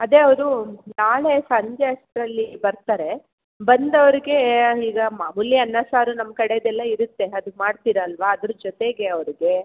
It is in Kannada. ಅದೇ ಅವರು ನಾಳೆ ಸಂಜೆ ಅಷ್ಟರಲ್ಲಿ ಬರ್ತಾರೆ ಬಂದವ್ರಿಗೆ ಈಗ ಮಾಮೂಲಿ ಅನ್ನ ಸಾರು ನಮ್ಮ ಕಡೆದ್ದೆಲ್ಲ ಇರುತ್ತೆ ಅದು ಮಾಡ್ತೀರಿ ಅಲ್ವ ಅದರ ಜೊತೆಗೆ ಅವ್ರಿಗೆ